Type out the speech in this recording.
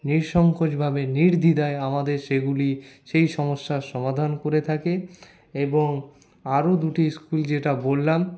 নিঃসংকোচভাবে নির্দ্বিধায় আমাদের সেগুলি সেই সমস্যার সমাধান করে থাকে এবং আরও দুটি স্কুল যেটা বললাম